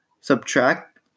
subtract